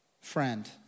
friend